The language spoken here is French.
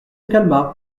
calma